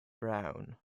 browne